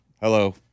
Hello